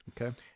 Okay